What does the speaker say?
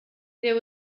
there